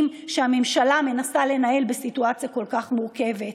שהממשלה מנסה לנהל בסיטואציה כל כך מורכבת.